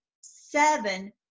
seven